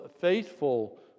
faithful